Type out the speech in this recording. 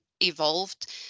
evolved